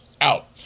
out